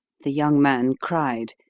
the young man cried,